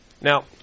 Now